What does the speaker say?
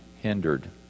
hindered